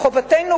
חובתנו,